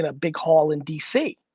ah big hall in d c.